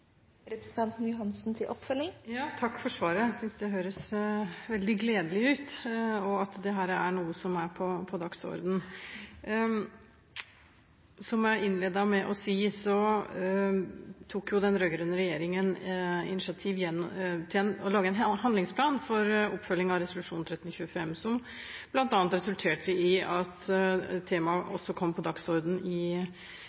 Takk for svaret. Det høres veldig gledelig ut at dette er noe som er på dagsordenen. Som jeg innledet med å si, tok den rød-grønne regjeringen initiativ til å lage en handlingsplan for oppfølging av resolusjon 1325, som bl.a. resulterte i at temaet